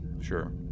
Sure